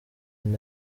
paul